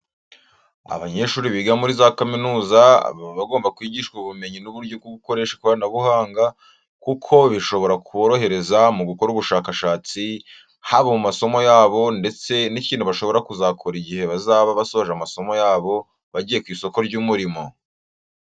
Abanyeshuri biga muri kaminuza baba bagomba kwigishwa ubumenyi n'uburyo bwo gukoresha ikoranabuhanga kuko bishobora kuborohereza mu gukora ubushakashatsi, haba mu masomo yabo ndetse n'ikintu bashobora kuzakora igihe bazaba basoje amasomo yabo bagiye ku isoko ry'umurimo.